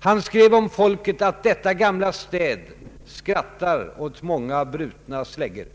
Han skrev om folket att ”detta gamla städ skrattar åt många brutna släggor”.